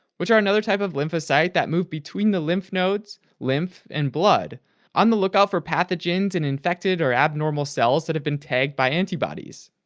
which are another type of lymphocyte that move between the lymph nodes, lymph, and blood on the lookout for pathogens and infected or abnormal cells that have been tagged by antibodies.